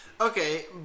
Okay